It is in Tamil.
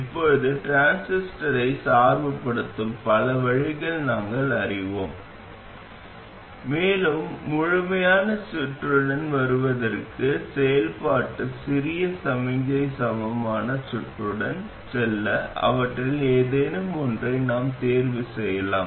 இப்போது டிரான்சிஸ்டரை சார்புபடுத்தும் பல வழிகளை நாங்கள் அறிவோம் மேலும் முழுமையான சுற்றுடன் வருவதற்கு செயல்பாட்டு சிறிய சமிக்ஞை சமமான சுற்றுடன் செல்ல அவற்றில் ஏதேனும் ஒன்றை நாம் தேர்வு செய்யலாம்